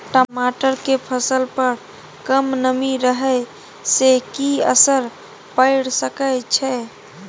टमाटर के फसल पर कम नमी रहै से कि असर पैर सके छै?